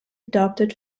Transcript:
adapted